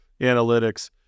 analytics